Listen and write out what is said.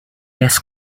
less